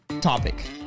topic